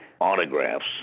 autographs